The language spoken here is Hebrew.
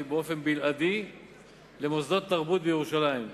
באופן בלעדי למוסדות תרבות בירושלים.